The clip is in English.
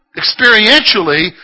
experientially